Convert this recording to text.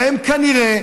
והם כנראה,